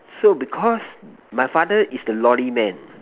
so because my father is the lorry man